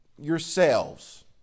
yourselves